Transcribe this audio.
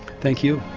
thank you.